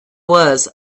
was